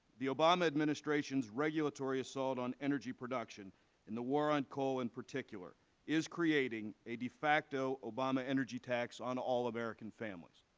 the obama administration's regulatory assault on energy production and the war on coal in particular is creating a de facto obama energy tax on all american families.